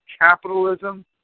capitalism